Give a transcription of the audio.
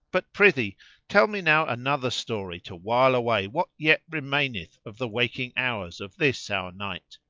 but prithee tell me now another story to while away what yet remaineth of the waking hours of this our night.